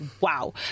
wow